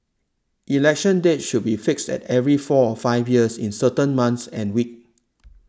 election dates should be fixed at every four five years in a certain month and week